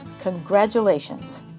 congratulations